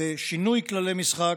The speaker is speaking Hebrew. בשינוי כללי משחק,